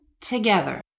together